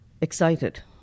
excited